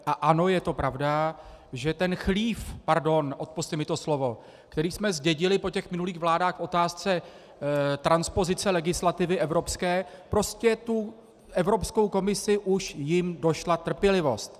A ano, je to pravda, že ten chlív pardon, odpusťte mi to slovo , který jsme zdědili po těch minulých vládách v otázce transpozice legislativy evropské, prostě tu Evropskou komisi, už jim došla trpělivost.